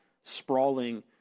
sprawling